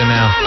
now